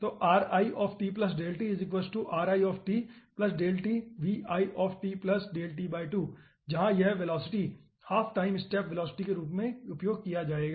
तो जहां यह velocity half time step velocity के रूप में उपयोग किया जाएगा